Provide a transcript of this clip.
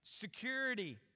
security